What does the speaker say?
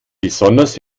besonders